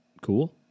Cool